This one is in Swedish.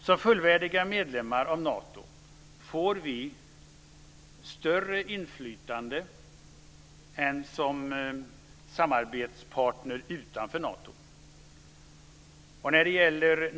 Som fullvärdiga medlemmar av Nato får vi större inflytande än som samarbetspartner utanför Nato.